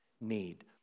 need